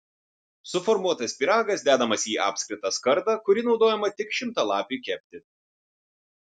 suformuotas pyragas dedamas į apskritą skardą kuri naudojama tik šimtalapiui kepti